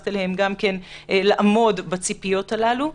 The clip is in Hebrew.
לעמוד בציפיות הללו.